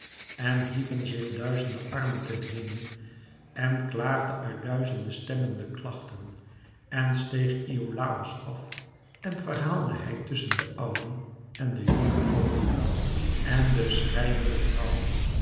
en hieven zich duizende armen ten hemel en klaagden uit duizende stemmen de klachten en steeg iolàos af en verhaalde hij tusschen den ouden en den jongen koning en de schreiende vrouwen